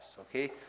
okay